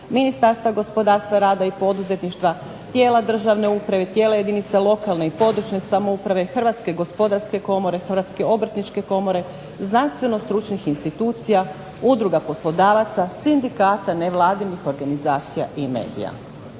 Ministarstva gospodarstva, rada i poduzetništva, tijela državne uprave, tijela jedinica lokalne i područne samouprave, Hrvatske gospodarske komore, Hrvatske obrtničke komore, znanstveno-stručnih institucija, udruga poslodavaca, sindikata, nevladinih organizacija i medija.